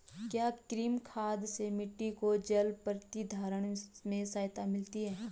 क्या कृमि खाद से मिट्टी को जल प्रतिधारण में सहायता मिलती है?